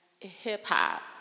hip-hop